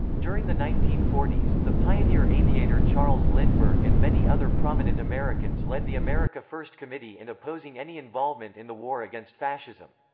during the nineteen forty s, the pioneer aviator charles lindbergh and many other prominent americans led the america first committee in opposing any involvement in the war against fascism.